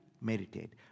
Meditate